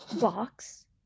Box